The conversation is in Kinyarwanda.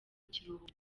kiruhuko